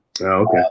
Okay